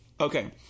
Okay